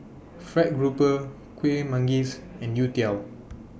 Fried Grouper Kuih Manggis and Youtiao